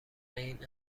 این